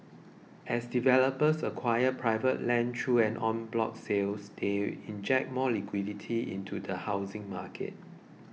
as developers acquire private land through en bloc sales they inject more liquidity into the housing market